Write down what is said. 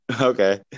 Okay